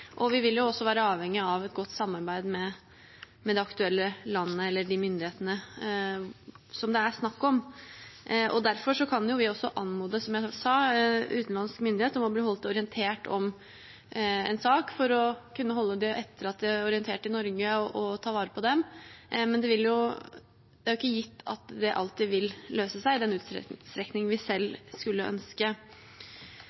og vi vil også være avhengige av et godt samarbeid med det aktuelle landet eller de myndighetene som det er snakk om. Derfor kan vi anmode, som jeg sa, utenlandsk myndighet om å bli holdt orientert om en sak for å kunne holde de etterlatte orientert i Norge og ta vare på dem, men det er ikke gitt at det alltid vil løse seg i den utstrekning vi selv